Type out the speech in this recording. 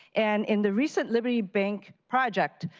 and in the recent liberty bank project,